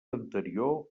anterior